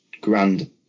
grand